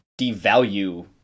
devalue